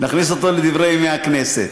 נכניס אותו לדברי הכנסת.